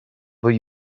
will